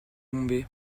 bombay